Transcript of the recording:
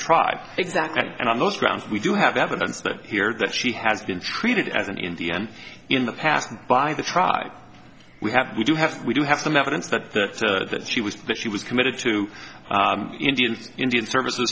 tribe exact and on those grounds we do have evidence that here that she has been treated as an indian in the past by the try we have we do have we do have some evidence that she was but she was committed to indian indian services